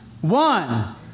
One